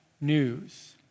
news